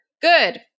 good